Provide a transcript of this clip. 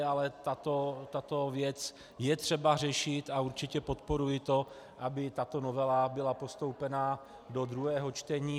Ale tuto věc je třeba řešit a podporuji to, aby tato novela byla postoupena do druhého čtení.